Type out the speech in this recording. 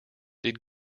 did